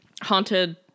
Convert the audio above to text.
Haunted